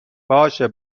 باشه